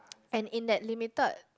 and in that limited